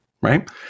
right